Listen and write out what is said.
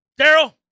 Daryl